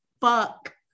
fuck